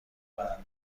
دارد